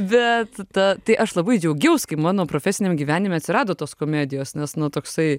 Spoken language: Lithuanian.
bet ta tai aš labai džiaugiaus kai mano profesiniam gyvenime atsirado tos komedijos nes nu toksai